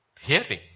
hearing